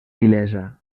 vilesa